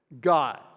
God